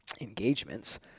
engagements